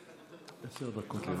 עשר דקות לרשותך.